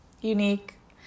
unique